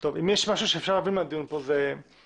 טוב אם יש משהו שאפשר להבין מהדיון פה, שאמנם,